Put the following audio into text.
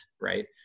right